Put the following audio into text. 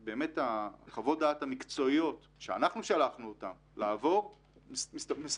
ושחוות הדעת המקצועיות שאנחנו שלחנו אותם לעבור מספקות,